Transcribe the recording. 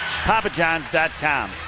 PapaJohns.com